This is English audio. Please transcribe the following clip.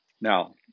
Now